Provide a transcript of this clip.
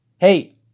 hey